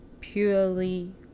purely